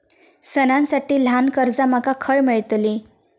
सणांसाठी ल्हान कर्जा माका खय मेळतली?